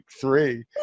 three